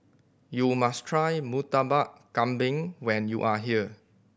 you must try Murtabak Kambing when you are here